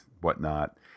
whatnot